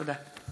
תודה.